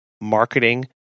marketing